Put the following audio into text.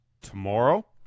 tomorrow